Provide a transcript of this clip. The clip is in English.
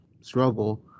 struggle